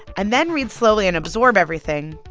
and then read slowly and absorb everything.